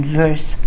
verse